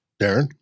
Darren